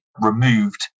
removed